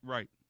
Right